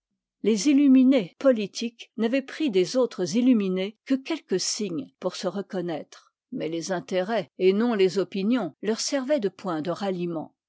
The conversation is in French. les i uminës politiques n'avaient pris des autres i'iuminés que quelques signes pour se reconnaître mais les intérêts et non les opinions leur servaient de point de ralliement